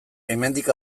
hemendik